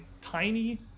tiny